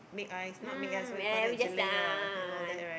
mm mm mm mm yeah I mean just a'ah a'ah a'ah